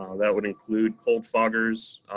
um that would include cold foggers,